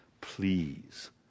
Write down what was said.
Please